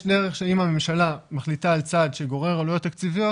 אם יש דרך שאם הממשלה מחליטה על צעד שגורר עלויות תקציביות,